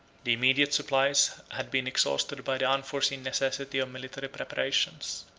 the immediate supplies had been exhausted by the unforeseen necessity of military preparations.